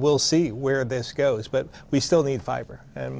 we'll see where this goes but we still need fiber and